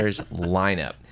lineup